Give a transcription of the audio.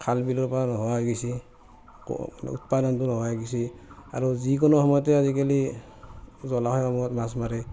খাল বিলৰ পৰা নোহোৱা হৈ গৈছি উৎপাদনটো নোহোৱা হৈ গৈছি আৰু যিকোনো সময়তে আজিকালি জলাশয়সমূহত মাছ মাৰে